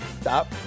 stop